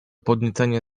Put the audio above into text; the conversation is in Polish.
podniecenie